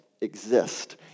exist